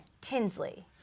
Tinsley